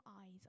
eyes